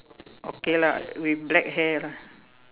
okay lah with black hair lah